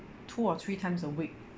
two or three times a week